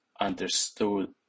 understood